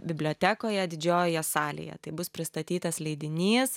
bibliotekoje didžiojoje salėje tai bus pristatytas leidinys